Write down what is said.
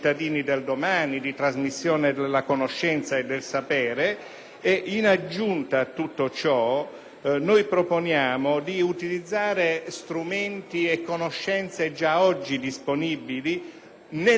In aggiunta a tutto ciò, proponiamo di utilizzare strumenti e conoscenze già oggi disponibili e nella disponibilità del Dipartimento della protezione civile,